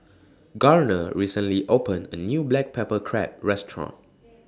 Garner recently opened A New Black Pepper Crab Restaurant